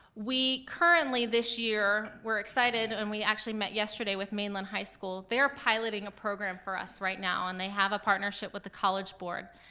we currently this year, we're excited, and we actually met yesterday with mainland high school. they're piloting a program for us right now, and they have a partnership with the college board.